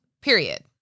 period